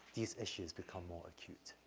these issues become more acute.